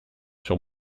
sur